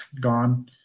Gone